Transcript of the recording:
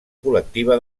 col·lectiva